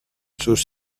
sus